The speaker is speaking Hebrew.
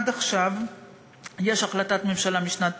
עד עכשיו יש החלטת ממשלה משנת